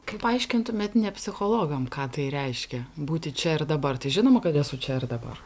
kaip paaiškintumėt ne psichologam ką tai reiškia būti čia ir dabar tai žinoma kad esu čia ir dabar